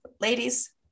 Ladies